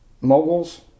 moguls